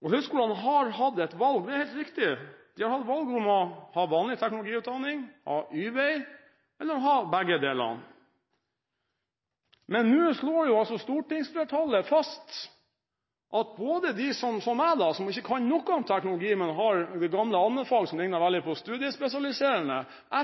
De har hatt valget mellom å ha vanlig teknologiutdanning, ha Y-vei eller ha begge deler. Men nå slår stortingsflertallet fast at folk som meg, som ikke kan noe om teknologi, men som har gammel allmenfag som likner veldig på studiespesialisering,